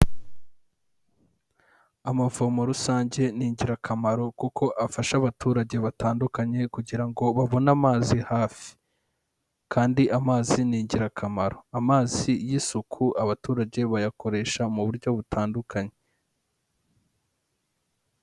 Amavomo rusange ni ingirakamaro kuko afasha abaturage batandukanye kugira ngo babone amazi hafi, kandi amazi ni ingirakamaro. Amazi y'isuku abaturage bayakoresha mu buryo butandukanye.